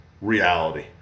reality